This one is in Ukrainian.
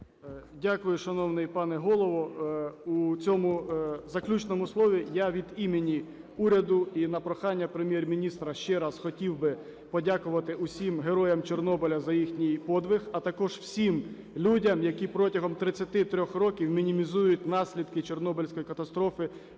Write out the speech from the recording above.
Дякую, шановний пане Голово. У цьому заключному слові я від імені уряду і на прохання Прем'єр-міністра ще раз хотів би подякувати усім героям Чорнобиля за їхній подвиг, а також всім людям, які протягом 33 років мінімізують наслідки Чорнобильської катастрофи